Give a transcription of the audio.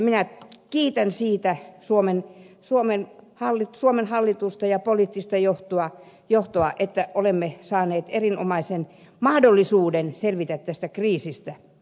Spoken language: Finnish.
minä kiitän suomen hallitusta ja poliittista johtoa siitä että olemme saaneet erinomaisen mahdollisuuden selvitä tästä kriisistä